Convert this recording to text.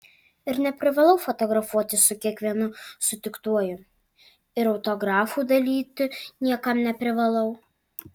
ir neprivalau fotografuotis su kiekvienu sutiktuoju ir autografų dalyti niekam neprivalau